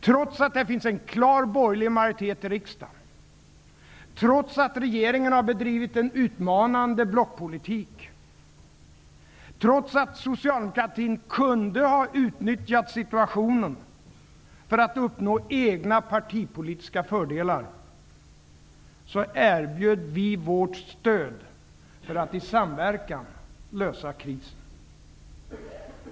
Trots att det finns en klar borgerlig majoritet i riksdagen, trots att regeringen har bedrivit en utmanande blockpolitik och trots att socialdemokraterna kunde ha utnyttjat situationen för att uppnå egna partipolitiska fördelar erbjöd vi vårt stöd för att i samverkan lösa krisen.